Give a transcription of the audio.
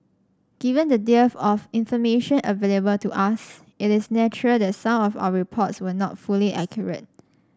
given the dearth of information available to us it is natural that some of our reports were not fully accurate